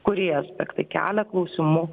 kurie aspektai kelia klausimų